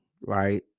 right